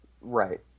Right